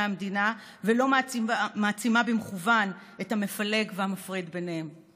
המדינה ולא מעצימה במכוון את המפלג והמפריד ביניהם;